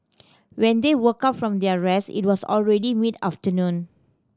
when they woke up from their rest it was already mid afternoon